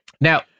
Now